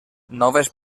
noves